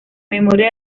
memoria